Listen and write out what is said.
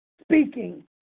speaking